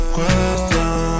Question